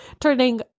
turning